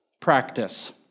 practice